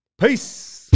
Peace